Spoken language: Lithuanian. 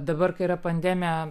dabar kai yra pandemija